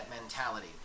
mentality